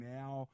now